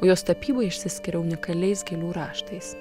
jos tapyboj išsiskiria unikaliais gėlių raštais